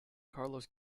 carlos